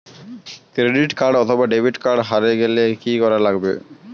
Credit card অথবা debit card হারে গেলে কি করা লাগবে?